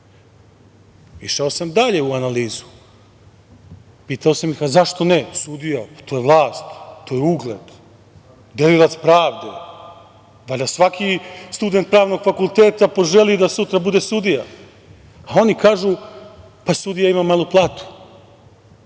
ne. Išao sam dalje u analizu, pitao sam ih, a zašto ne, sudija, pa to je vlast, to je ugled, delilac pravde, valjda svaki student pravnog fakulteta poželi da sutra bude sudija, a oni kažu, pa sudija ima malu platu. Sada,